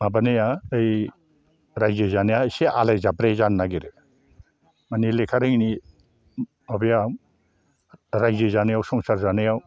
माबानाया ओइ रायजो जानाया एसे आलाइ जाब्रे जानो नागिरो मानि लेखा रोङैनि माबाया रायजो जानायाव संसार जानायाव